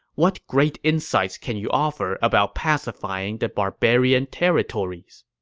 what great insights can you offer about pacifying the barbarian territories?